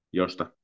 josta